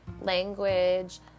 language